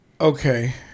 Okay